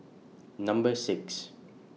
Number six